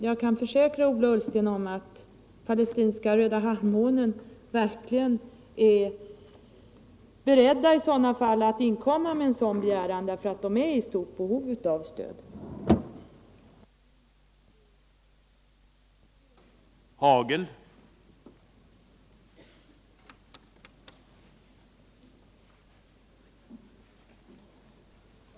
Jag kan försäkra Ola Ullsten att palestinska Röda halvmånen verkligen är beredd att inkomma med en sådan begäran, eftersom behovet av stöd är stort.